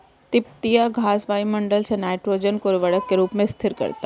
तिपतिया घास वायुमंडल से नाइट्रोजन को उर्वरक के रूप में स्थिर करता है